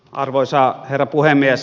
arvoisa herra puhemies